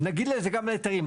נגיד זה גם להיתרים.